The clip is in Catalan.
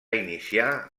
iniciar